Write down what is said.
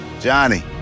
Johnny